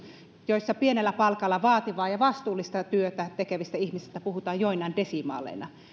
joissa pienellä palkalla vaativaa ja vastuullista työtä tekevistä ihmisistä puhutaan joinain desimaaleina